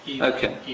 Okay